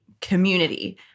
community